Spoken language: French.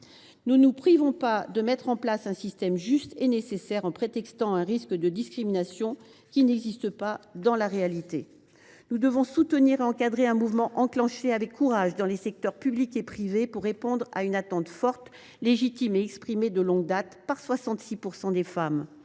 ne nous privons pas de mettre en place un système juste et nécessaire au prétexte qu’il engendrerait un risque de discrimination qui n’existe pas dans la réalité. Nous devons soutenir et encadrer un mouvement enclenché avec courage, dans les secteurs public et privé, pour répondre à une attente forte, légitime et exprimée de longue date par 66 % des femmes.